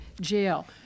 jail